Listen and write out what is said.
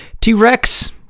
T-Rex